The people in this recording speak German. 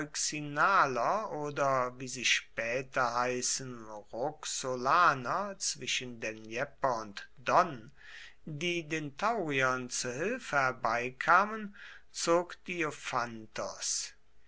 oder wie sie später heißen die roxolaner zwischen dnjepr und don die den tauriern zu hilfe herbeikamen zog